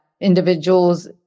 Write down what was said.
individuals